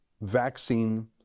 vaccine